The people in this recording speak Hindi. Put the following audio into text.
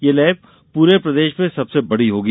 यह लैब पूरे प्रदेश में सबसे बड़ी होगी